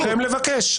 זכותנו לבקש.